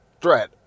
threat